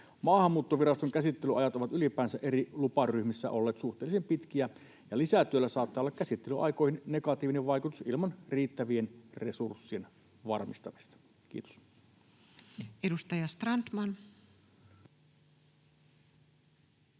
Maahanmuuttoviraston käsittelyajat ovat ylipäänsä eri luparyhmissä olleet suhteellisen pitkiä, ja lisätyöllä saattaa olla käsittelyaikoihin negatiivinen vaikutus ilman riittävien resurssien varmistamista. — Kiitos. Edustaja Strandman.